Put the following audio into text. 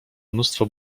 mnóstwo